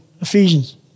Ephesians